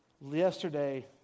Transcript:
yesterday